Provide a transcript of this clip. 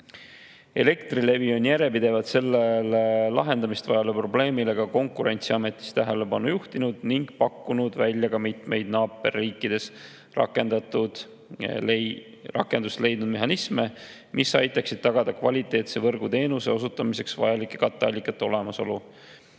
Elektrilevi on järjepidevalt sellele lahendamist vajavale probleemile Konkurentsiameti tähelepanu juhtinud ning pakkunud välja ka mitmeid naaberriikides rakendust leidnud mehhanisme, mis aitaksid tagada kvaliteetse võrguteenuse osutamiseks vajalike katteallikate olemasolu,